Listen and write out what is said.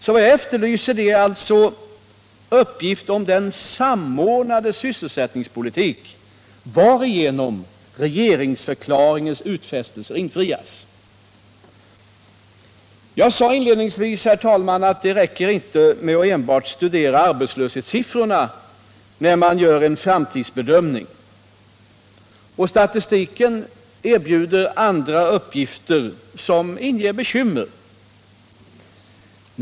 Vad jag efterlyser är alltså uppgifter om den samordnade sysselsättningspolitik varigenom regeringsförklaringens utfästelser infrias. Jag sade inledningsvis att det inte räcker med att enbart studera arbetslöshetssiffrorna när man gör en framtidsbedömning. Statistiken erbjuder andra uppgifter som inger bekymmer.